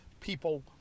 people